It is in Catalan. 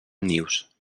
nius